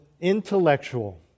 intellectual